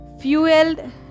fueled